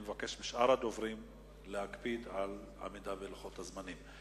אני מבקש משאר הדוברים להקפיד על עמידה בלוחות הזמנים.